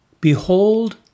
Behold